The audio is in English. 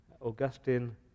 Augustine